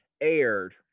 aired